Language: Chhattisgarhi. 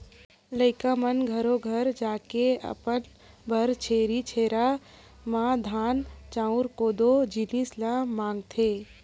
लइका मन घरो घर जाके अपन बर छेरछेरा म धान, चाँउर, कोदो, जिनिस ल मागथे